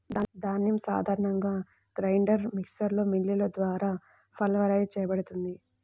ధాన్యం సాధారణంగా గ్రైండర్ మిక్సర్లో మిల్లులు ద్వారా పల్వరైజ్ చేయబడుతుంది